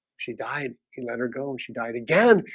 she died he let her go and she died again.